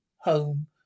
home